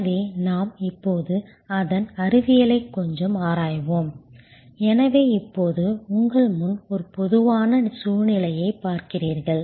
எனவே நாம் இப்போது அதன் அறிவியலைக் கொஞ்சம் ஆராய்வோம் எனவே இப்போது உங்கள் முன் ஒரு பொதுவான சூழ்நிலையைப் பார்க்கிறீர்கள்